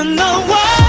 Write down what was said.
know what,